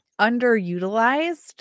underutilized